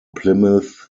plymouth